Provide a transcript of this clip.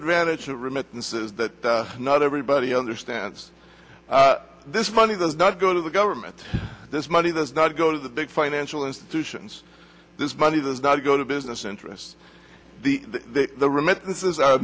advantage to rym it says that not everybody understands this money does not go to the government this money does not go to the big financial institutions this money does not go to business interests the the remittances are